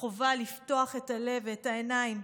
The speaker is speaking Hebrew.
החובה לפתוח את הלב ואת העיניים,